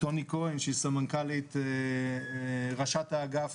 טוני כהן שהיא סמנכ"לית, ראשת האגף